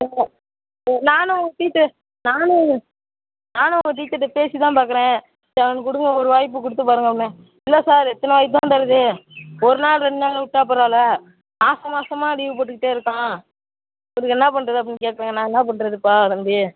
நானும் டீச்ச நானும் நானும் உங்கள் டீச்சர்கிட்ட பேசி தான் பார்க்குறேன் சரி அவனுக்கு கொடுங்க ஒரு வாய்ப்பு கொடுத்து பாருங்கள் இன்னும் இல்லை சார் எத்தனை வாய்ப்பு தான் தரது ஒரு நாள் ரெண்டு நாள் விட்டா பரவால்லை மாத மாதமா லீவு போட்டுக்கிட்டே இருக்கான் அதற்கு என்ன பண்ணுறது அப்படின்னு கேட்குறாங்க நான் என்ன பண்ணுறதுப்பா தம்பி